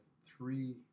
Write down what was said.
three